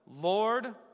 Lord